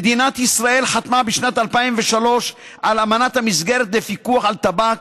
מדינת ישראל חתמה בשנת 2003 על אמנת המסגרת לפיקוח על טבק,